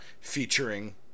featuring